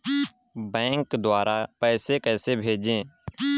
Bank द्वारा पैसे कैसे भेजें?